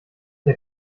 der